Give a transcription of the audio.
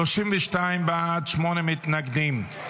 32 בעד, שמונה מתנגדים.